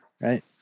right